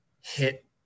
hit